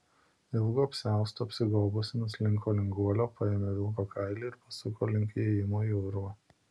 ilgu apsiaustu apsigobusi nuslinko link guolio paėmė vilko kailį ir pasuko link įėjimo į urvą